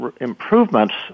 Improvements